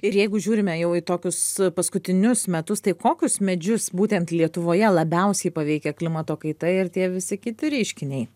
ir jeigu žiūrime jau į tokius paskutinius metus tai kokius medžius būtent lietuvoje labiausiai paveikia klimato kaita ir tie visi kiti reiškiniai